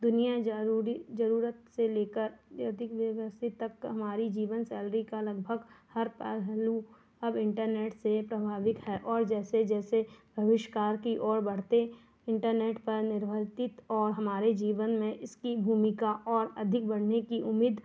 दुनिया ज़रूरी ज़रूरत से लेकर यदि बेबसी तक हमारी जीवन शैली का लगभग हर पहलू अब इन्टरनेट से प्रभावित है और जैसे जैसे अविष्कार की ओर बढ़ते इन्टरनेट पर निर्भर्तित और हमारे जीवन में इसकी भूमिका और अधिक बढ़ने की उम्मीद